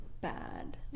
bad